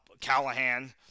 Callahan